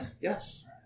Yes